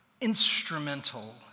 instrumental